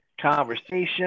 conversation